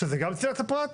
שזה גם צנעת הפרט,